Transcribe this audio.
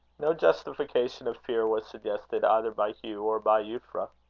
no justification of fear was suggested either by hugh or by euphra.